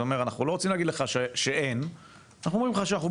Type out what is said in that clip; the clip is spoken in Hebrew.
אומר שלא רוצים להגיד שאין אלא שבוחנים,